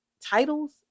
titles